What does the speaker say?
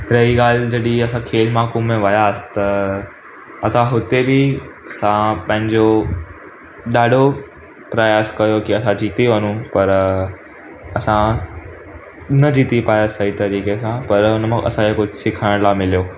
रही ॻाल्हि जॾहिं असां खेल महाकुंभ में वियासीं त असां हुते बि असां पंहिंजो ॾाढो प्रयास कयो की असां जीती वञूं पर असां न जीती पायासीं सही तरीक़े सां पर हुन में असांखे कुझु सिखण लाइ मिलियो